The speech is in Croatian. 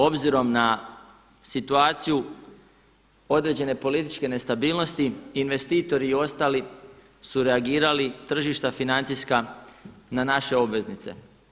Obzirom na situaciju određene političke nestabilnosti investitori i ostali su reagirali tržišta financijska na naše obveznice.